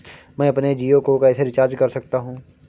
मैं अपने जियो को कैसे रिचार्ज कर सकता हूँ?